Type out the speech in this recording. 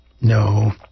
No